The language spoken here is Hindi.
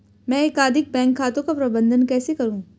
मैं एकाधिक बैंक खातों का प्रबंधन कैसे करूँ?